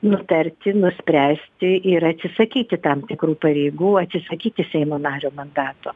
nutarti nuspręsti ir atsisakyti tam tikrų pareigų atsisakyti seimo nario mandato